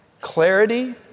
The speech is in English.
clarity